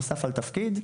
נוסף על התפקיד,